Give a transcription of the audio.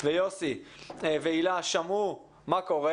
יוסי והילה שמעו מה קורה.